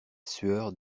sueur